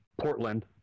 Portland